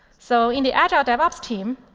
so in the agile dev ops team,